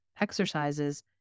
exercises